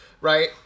right